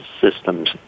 systems